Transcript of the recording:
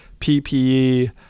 PPE